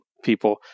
people